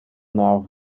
naar